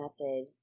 method